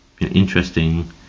interesting